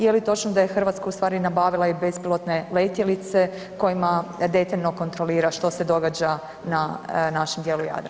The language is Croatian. Je li točno da je Hrvatska u stvari nabavila i bespilotne letjelice kojima detaljno kontrolira što se događa na našem dijelu Jadrana?